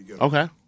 Okay